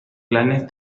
planes